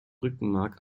rückenmark